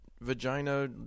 Vagina